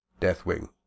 Deathwing